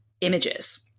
images